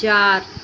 चार